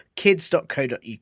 kids.co.uk